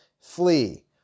flee